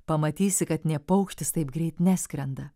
pamatysi kad nė paukštis taip greit neskrenda